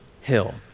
hill